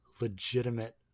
legitimate